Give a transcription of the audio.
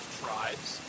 tribes